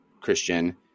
Christian